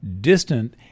distant